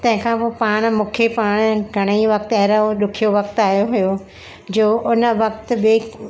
तंहिंखां पोइ पाण मूंखे पाण घणेई वक़्ति अहिड़ो ॾुख्यो वक़्तु आयो हुयो जो हुन वक़्ति बि